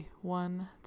one